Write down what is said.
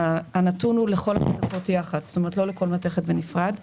הנתון הוא לכל המתכות יחד כלומר לא לכל מתכת בנפרד.